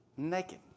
naked